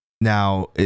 Now